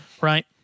right